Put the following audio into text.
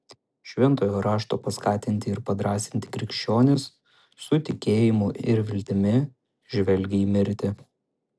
šventojo rašto paskatinti ir padrąsinti krikščionys su tikėjimu ir viltimi žvelgią į mirtį